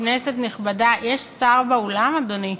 כנסת נכבדה, יש שר באולם, אדוני?